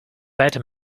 better